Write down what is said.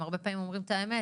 הם הרבה פעמים אומרים את האמת,